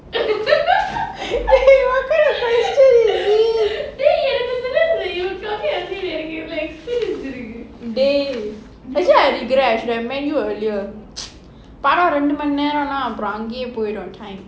what kind of question is this dey actually I regret I should have met you earlier படம் ரெண்டு மணி நேரம்னா அங்கேயே போய்டும்:padam rendu mani neramnaa angaye poyidum on time